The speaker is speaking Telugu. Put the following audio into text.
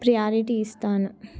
ప్రయారిటీ ఇస్తాను